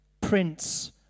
Prince